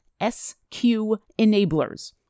SQENABLERS